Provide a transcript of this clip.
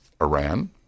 Iran